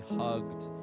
hugged